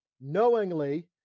knowingly